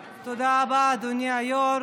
היו"ר.